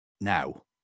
now